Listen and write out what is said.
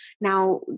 Now